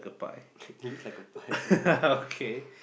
it looks like a pie I don't know